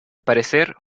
parecer